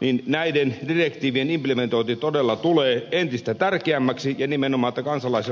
niin näiden direktiivien implementointi todella tulee entistä tärkeämmäksi ja kansalaisella on nimenomaan oikeus vedota niihin